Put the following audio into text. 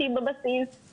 במסלול הזה שאת מציעה,